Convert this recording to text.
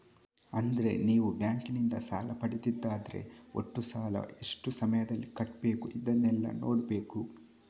ಅಂದ್ರೆ ನೀವು ಬ್ಯಾಂಕಿನಿಂದ ಸಾಲ ಪಡೆದದ್ದಾದ್ರೆ ಒಟ್ಟು ಸಾಲ, ಎಷ್ಟು ಸಮಯದಲ್ಲಿ ಕಟ್ಬೇಕು ಇದನ್ನೆಲ್ಲಾ ನೋಡ್ಬೇಕು